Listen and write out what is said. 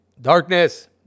Darkness